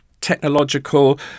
technological